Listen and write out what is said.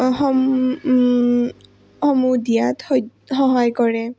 সমূহ দিয়াত সহায় কৰে